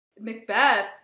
Macbeth